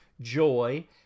joy